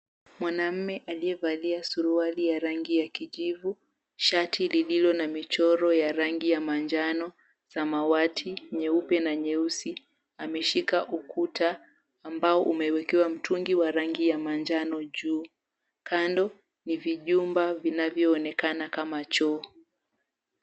Mwanamume aliyevalia suruali ya rangi ya kijivu, shati lililo na michoro ya rangi ya manjano, samawati, nyeupe na nyeusi, ameshika ukuta ambao umewekewa mtungi wa rangi ya manjano juu. Kando ni vijumba vinavyoonekana kama choo.